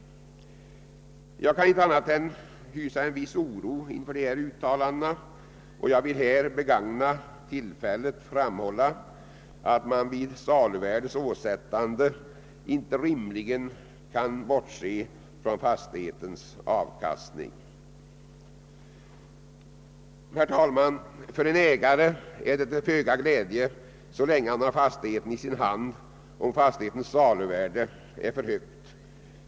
Jag kan inte annat än hysa en viss oro inför dessa uttalanden, och jag vill här begagna tillfället att framhålla, att man vid saluvärdets åtsättande inte rimligen kan få bortse från fastighetens avkastning. Herr talman! För en ägare är det till föga glädje, så länge han har fastigheten i sin hand, om fastighetens saluvärde är högt.